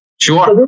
Sure